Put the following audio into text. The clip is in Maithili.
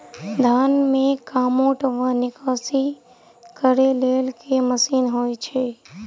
धान मे कमोट वा निकौनी करै लेल केँ मशीन होइ छै?